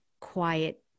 quiet